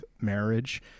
marriage